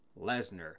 Lesnar